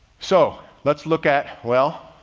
so let's look at, well,